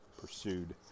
pursued